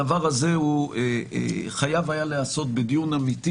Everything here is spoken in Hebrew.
הדבר הזה חייב היה להיעשות בדיון אמיתי,